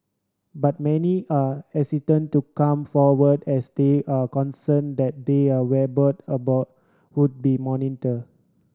but many are hesitant to come forward as they are concern that their about would be monitor